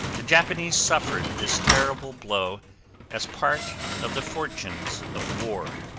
the japanese suffered this terrible blow as part of the fortunes of war.